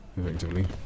effectively